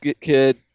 kid